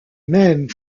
même